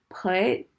put